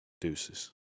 Deuces